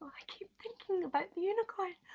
i keep thinking about the unicorn!